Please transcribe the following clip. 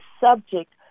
subject